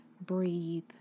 breathe